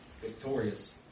victorious